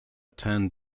turned